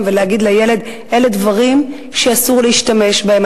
ולהגיד לילד: אלה דברים שאסור להשתמש בהם.